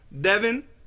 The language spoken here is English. Devin